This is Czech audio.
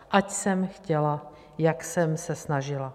Ať jsem chtěla, jak jsem se snažila.